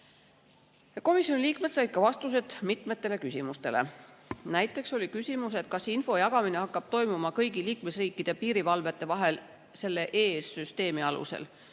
Komisjoni liikmed said ka vastused mitmetele küsimustele. Näiteks oli küsimus, kas info jagamine hakkab toimuma kõigi liikmesriikide piirivalvete vahel selle EES‑i süsteemi alusel,